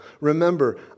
Remember